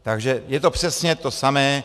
Takže je to přesně to samé.